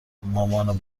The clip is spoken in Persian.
مامان